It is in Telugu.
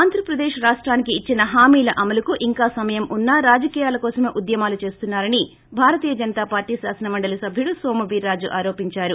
ఆంధ్రప్రదేశ్ రాష్టానికి ఇచ్చిన హమీల అమలుకు ఇంకా సమయం ఉన్నా రాజకీయాల కోసమే ఉద్భమాలు ది వినిపిస్తున్నారని ప్రార్థిక పార్లీ శాసనమండలి సభ్యుడు నోము వీర్రాజు ఆరోపిందారు